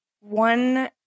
one